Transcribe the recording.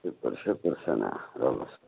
شُکُر شُکُر رۄبَس کُن